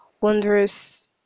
wondrous